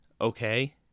okay